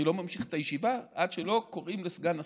אני לא ממשיך את הישיבה עד שלא קוראים לסגן השר,